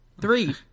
Three